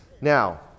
Now